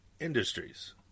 industries